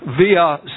Via